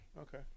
Okay